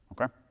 okay